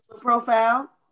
Profile